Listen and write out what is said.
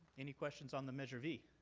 any questions on the measure v?